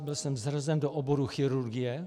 Byl jsem zařazen do oboru chirurgie.